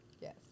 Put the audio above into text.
Yes